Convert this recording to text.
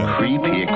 Creepy